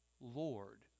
Lord